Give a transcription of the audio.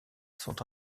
sont